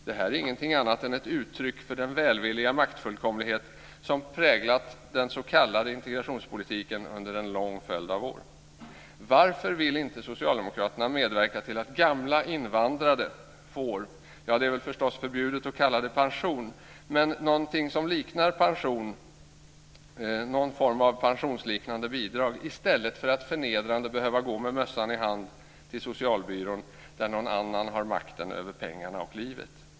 Det här är ingenting annat än ett uttryck för den välvilliga maktfullkomlighet som präglat den s.k. integrationspolitiken under en lång följd av år. Varför vill inte socialdemokraterna medverka till att gamla invandrade får, det är förstås förbjudet att kalla det pension, men någonting som liknar pension, någon form av pensionsliknande bidrag, i stället för att förnedrande behöva gå med mössan i hand till socialbyrån där någon annan har makten över pengarna och livet?